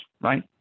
right